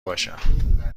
باشم